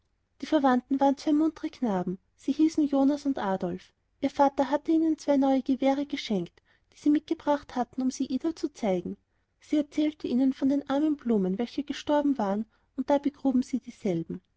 die verwandten waren zwei muntere knaben sie hießen jonas und adolf ihr vater hatte ihnen zwei neue gewehre geschenkt die sie mitgebracht hatten um sie ida zu zeigen sie erzählte ihnen von den armen blumen welche gestorben waren und da begruben sie dieselben